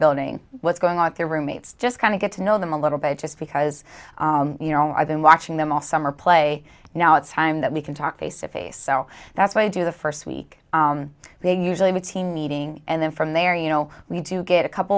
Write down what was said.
building what's going on with your roommates just kind of get to know them a little bit just because you know i've been watching them all summer play now it's time that we can talk face to face so that's what i do the first week being usually with team meeting and then from there you know we do get a